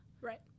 right